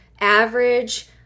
average